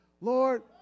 Lord